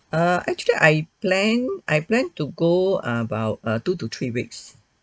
err actually I plan I plan to go about two to three weeks